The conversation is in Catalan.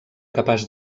capaç